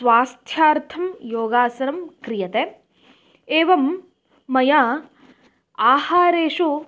स्वास्थ्यार्थं योगासनं क्रियते एवं मया आहारेषु